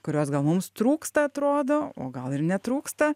kurios gal mums trūksta atrodo o gal ir netrūksta